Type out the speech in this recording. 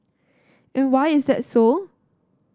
and why is that so